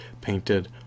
painted